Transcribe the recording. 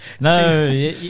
No